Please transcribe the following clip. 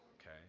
okay